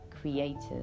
creators